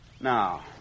Now